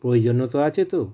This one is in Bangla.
প্রয়োজনও তো আছে তো